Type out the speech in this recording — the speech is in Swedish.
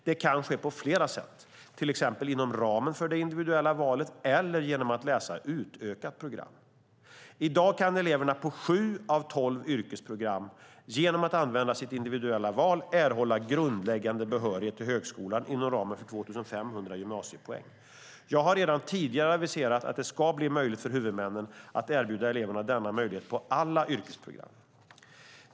Det kan ske på flera sätt, till exempel inom ramen för det individuella valet eller genom att läsa utökat program. I dag kan eleverna på sju av tolv yrkesprogram, genom att använda sitt individuella val, erhålla grundläggande behörighet inom ramen för 2 500 gymnasiepoäng. Jag har redan tidigare aviserat att det ska bli möjligt för huvudmännen att erbjuda eleverna denna möjlighet på alla yrkesprogram.